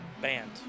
Band